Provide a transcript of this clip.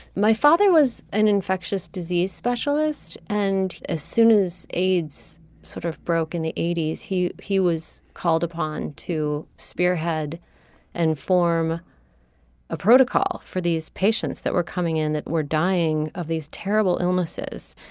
my father was an infectious disease specialist and as soon as aids sort of broke in the eighty s he he was called upon to spearhead and form a protocol for these patients that were coming in that were dying of these terrible illnesses.